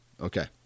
Okay